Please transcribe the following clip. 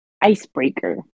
icebreaker